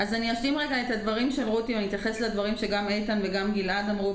אני אשלים את הדברים של רותי ואני גם אתייחס לדברים שאיתן וגלעד אמרו.